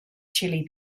chili